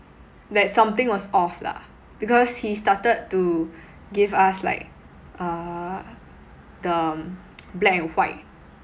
that something was off lah because he started to give us like uh the black and white